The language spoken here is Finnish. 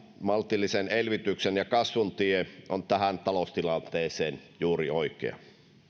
maltillisen elvytyksen ja kasvun tie on tähän taloustilanteeseen juuri oikea